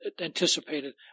anticipated